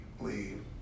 leave